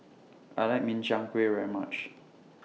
I like Min Chiang Kueh very much